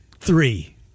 Three